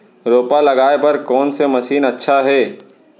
रोपा लगाय बर कोन से मशीन अच्छा हे?